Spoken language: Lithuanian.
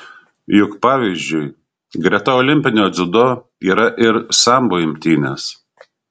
juk pavyzdžiui greta olimpinio dziudo yra ir sambo imtynės